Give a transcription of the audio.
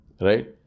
Right